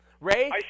Ray